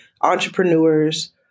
entrepreneurs